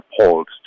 appalled